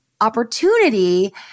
opportunity